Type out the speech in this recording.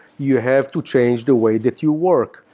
you have to change the way that you work.